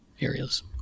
areas